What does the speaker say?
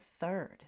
third